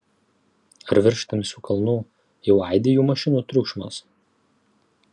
ar virš tamsių kalnų jau aidi jų mašinų triukšmas